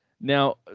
now